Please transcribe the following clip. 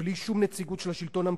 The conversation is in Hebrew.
בלי שום נציגות של השלטון המקומי.